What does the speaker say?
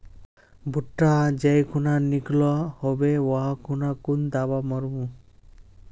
भुट्टा जाई खुना निकलो होबे वा खुना कुन दावा मार्मु?